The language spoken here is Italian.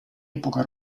epoca